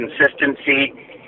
consistency